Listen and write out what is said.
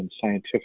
scientific